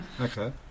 okay